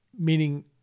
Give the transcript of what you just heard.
Meaning